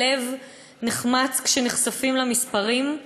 הלב נחמץ כשנחשפים למספרים: